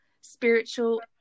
spiritual